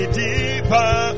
deeper